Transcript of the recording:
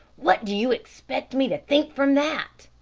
what do you expect me to think from that?